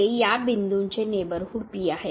हे या बिंदूचे नेबरहूड P आहे